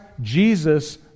Jesus